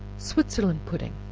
switzerland pudding.